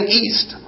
east